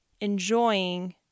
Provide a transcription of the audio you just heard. enjoying